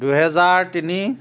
দুহেজাৰ তিনি